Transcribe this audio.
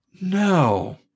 No